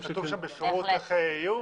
כתוב שם בפירוט איך זה יהיה?